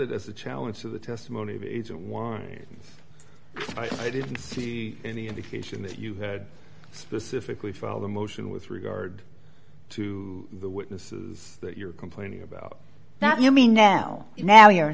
it as a challenge to the testimony but i didn't see any indication that you had specifically filed a motion with regard to the witnesses that you're complaining about that you mean now now you're